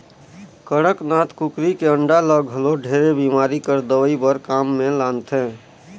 कड़कनाथ कुकरी के अंडा ल घलो ढेरे बेमारी कर दवई बर काम मे लानथे